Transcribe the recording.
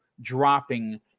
dropping